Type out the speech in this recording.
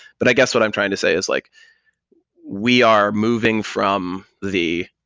but i guess what i'm trying to say is like we are moving from the,